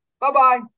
Bye-bye